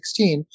2016